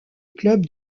club